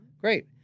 great